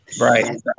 right